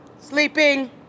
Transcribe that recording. sleeping